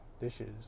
dishes